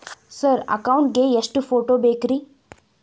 Sir account ಗೇ ಎಷ್ಟು photo ಬೇಕ್ರಿ?